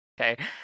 Okay